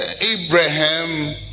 Abraham